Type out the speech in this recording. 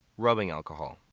rubbing alcohol.